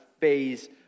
phase